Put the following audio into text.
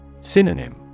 Synonym